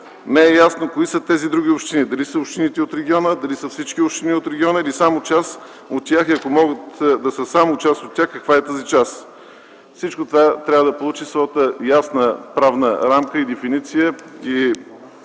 не е ясно кои са тези други общини – дали са общините от региона, дали са всички общини от региона или само част от тях и, ако могат да са само част от тях, каква е тази част. Всичко това трябва да получи своята ясна правна рамка, дефиниция